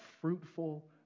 fruitful